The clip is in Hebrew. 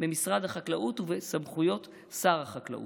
במשרד החקלאות ובסמכויות שר החקלאות.